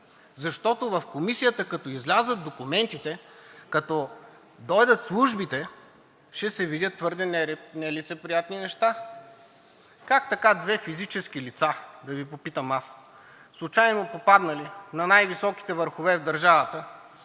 Защото в Комисията, като излязат документите, като дойдат службите, ще се видят твърде нелицеприятни неща. Как така две физически лица, да Ви попитам аз, случайно попаднали на най високите върхове в държавата,